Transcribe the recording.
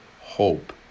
hope